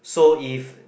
so if